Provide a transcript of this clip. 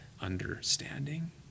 understanding